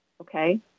Okay